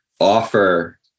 offer